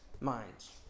minds